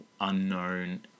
unknown